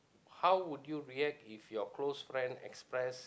how would you react if your close friend express